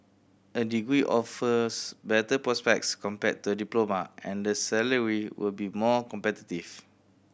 a degree offers better prospects compared to diploma and the salary will be more competitive